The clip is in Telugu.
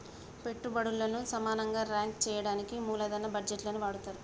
పెట్టుబల్లను సమానంగా రాంక్ చెయ్యడానికి మూలదన బడ్జేట్లని వాడతరు